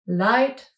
light